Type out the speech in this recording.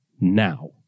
now